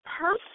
person